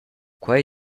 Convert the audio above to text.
quei